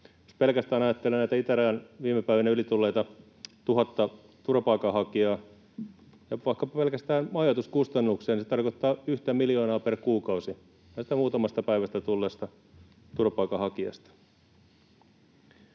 Jos pelkästään ajattelee näitä viime päivinä itärajan yli tulleita tuhatta turvapaikanhakijaa ja vaikka pelkästään majoituskustannuksia, se tarkoittaa yhtä miljoonaa per kuukausi näistä turvapaikanhakijoista,